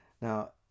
now